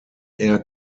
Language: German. air